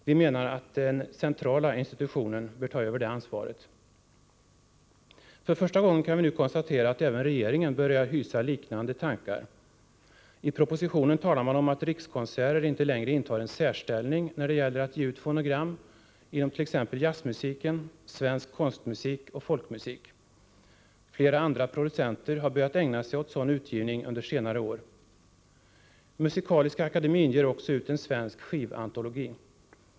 Vi menar, att den centrala institutionen bör ta över det ansvaret. För första gången kan vi nu konstatera, att även regeringen börjar hysa liknande tankar. I propositionen talar man om att Rikskonserter inte längre 75 intar en särställning när det gäller att ge ut fonogram inomt.ex. jazzmusiken, svensk konstmusik och folkmusik. Flera andra producenter har börjat ägna sig åt sådan utgivning under senare år. Musikaliska akademin ger också ut en svensk skivantologi.